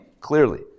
clearly